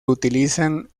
utilizan